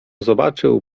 zobaczył